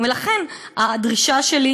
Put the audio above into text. לכן הדרישה שלי,